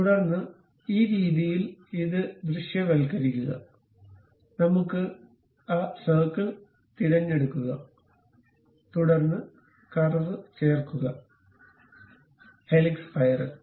തുടർന്ന് ഈ രീതിയിൽ ഇത് ദൃശ്യവൽക്കരിക്കുക നമ്മുക്ക് ആ സർക്കിൾ തിരഞ്ഞെടുക്കുക തുടർന്ന് കർവ് ചേർക്കുക ഹെലിക്സ് സ്പൈറൽ